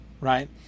right